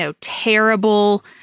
terrible